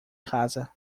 casa